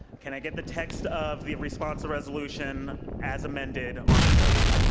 can i get the text of the responsive resolution ads amended on the screen?